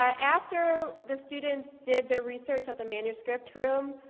ah after the students did their research at the manuscript room,